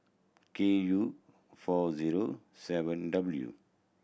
K U four zero seven W